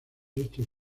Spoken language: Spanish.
estos